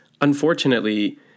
Unfortunately